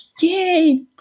Yay